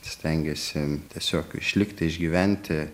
stengiasi tiesiog išlikti išgyventi